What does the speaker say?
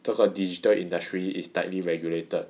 这个 digital industry is tightly regulated